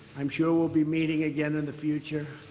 i'm sure we'll be meeting again in the future,